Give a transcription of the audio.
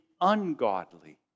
ungodly